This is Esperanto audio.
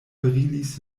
brilis